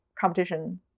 competition